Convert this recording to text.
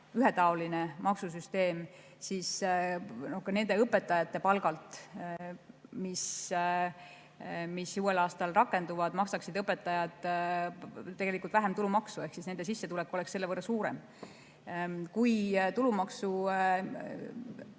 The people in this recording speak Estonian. ühetaoline maksusüsteem, siis nendelt palkadelt, mis uuel aastal rakenduvad, maksaksid õpetajad tegelikult vähem tulumaksu ehk nende sissetulek oleks selle võrra suurem. Kui tulumaksu